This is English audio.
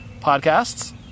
podcasts